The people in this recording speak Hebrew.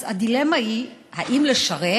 אז הדילמה היא אם לשרת